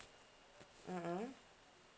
mm mm